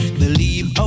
believe